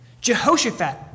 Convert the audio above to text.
Jehoshaphat